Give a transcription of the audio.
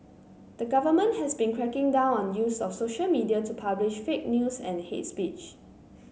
the government has been cracking down on the use of social media to publish fake news and hate speech